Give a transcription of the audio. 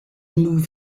move